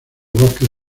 bosques